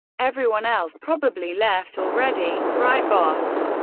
everyone else probably left already, right boss?